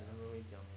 then 他们会讲